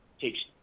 takes